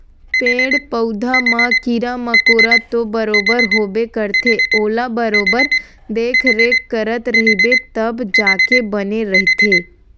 पेड़ पउधा म कीरा मकोरा तो बरोबर होबे करथे ओला बरोबर देखरेख करत रहिबे तब जाके बने रहिथे